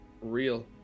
real